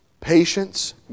patience